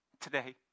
today